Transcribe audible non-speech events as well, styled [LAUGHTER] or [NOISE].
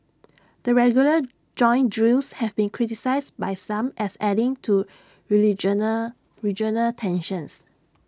the regular joint drills have been criticised by some as adding to [UNINTELLIGIBLE] regional tensions